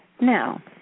Now